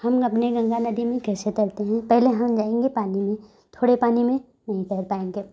हम अपने गंगा नदी में कैसे तैरते हैं पहले हम जाएंगे पानी में थोड़े पानी में नहीं तैर पाएंगे